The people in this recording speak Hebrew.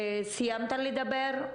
מזמינה כל אחד מכם גם לפנות אליי ברמה האישית,